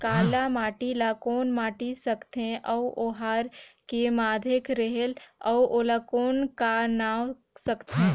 काला माटी ला कौन माटी सकथे अउ ओहार के माधेक रेहेल अउ ओला कौन का नाव सकथे?